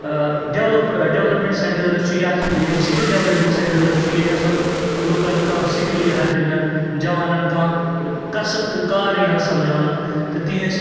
ٲں ڈیٚولَپ ٲں development centres چھِ یا یم سِکل ڈیٚولپمیٚنٛٹ سیٚنٹرس چھِ ییٚتہِ ہَسا لوٗکَن کانٛہہ سِکل یی ہا دنہٕ جوانن کانٛہہ کسٕب تہٕ کار یی ہا سمجھاونہٕ تہٕ تِہنٛز